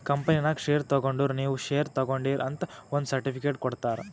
ಕಂಪನಿನಾಗ್ ಶೇರ್ ತಗೊಂಡುರ್ ನೀವೂ ಶೇರ್ ತಗೊಂಡೀರ್ ಅಂತ್ ಒಂದ್ ಸರ್ಟಿಫಿಕೇಟ್ ಕೊಡ್ತಾರ್